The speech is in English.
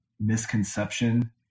misconception